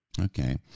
Okay